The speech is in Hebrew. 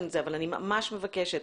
אבל אני ממש מבקשת,